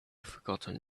forgotten